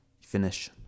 finish